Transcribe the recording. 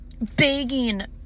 Begging